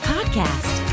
Podcast